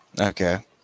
Okay